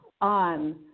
on